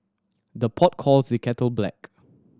the pot calls the kettle black